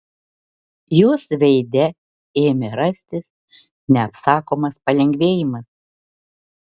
jos veide ėmė rastis neapsakomas palengvėjimas